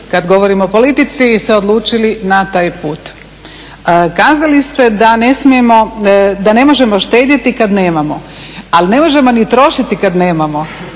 kada govorim o politici se odlučili na taj put. Kazali ste da ne možemo štedjeti kada nemamo. Ali ne možemo ni trošiti kada nemamo,